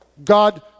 God